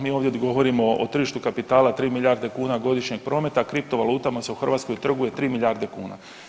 Mi ovdje govorimo o tržištu kapitala, 3 milijarde kuna godišnjeg prometa, kriptovalutama se u Hrvatskoj trguje 3 milijarde kuna.